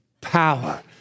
power